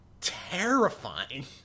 terrifying